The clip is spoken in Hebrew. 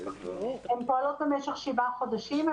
הן פועלות במשך שבעה חודשים.